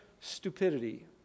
stupidity